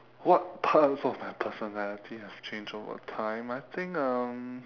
what parts of my personality have changed over time I think um